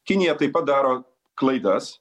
kinija taip pat daro klaidas